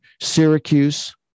Syracuse